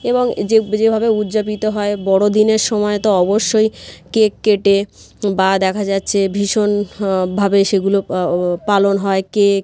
এবং যে যেভাবে উদযাপিত হয় বড়দিনের সময় তো অবশ্যই কেক কেটে বা দেখা যাচ্ছে ভীষণ ভাবে সেগুলো পালন হয় কেক